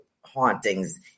hauntings